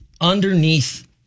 underneath